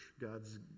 God's